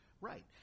Right